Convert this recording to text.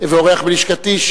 ואורח בלשכתי,